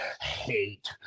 hate